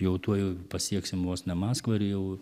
jau tuoj pasieksim vos ne maskvą ir jau